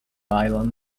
island